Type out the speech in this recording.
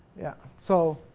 yeah, so.